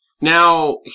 now